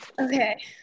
Okay